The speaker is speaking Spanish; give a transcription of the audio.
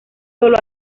solo